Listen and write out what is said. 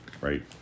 Right